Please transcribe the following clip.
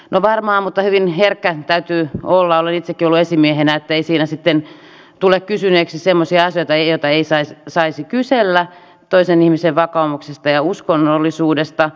no varmaan mutta hyvin herkkä täytyy olla olen itsekin ollut esimiehenä että ei siinä tule kysyneeksi semmoisia asioita joita ei saisi kysellä toisen ihmisen vakaumuksesta ja uskonnollisuudesta